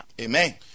Amen